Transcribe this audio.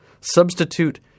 substitute